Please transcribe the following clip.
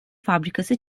fabrikası